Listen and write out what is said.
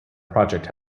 project